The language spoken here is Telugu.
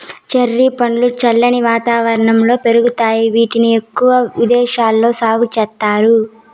చెర్రీ పండ్లు చల్లని వాతావరణంలో పెరుగుతాయి, వీటిని ఎక్కువగా విదేశాలలో సాగు చేస్తారు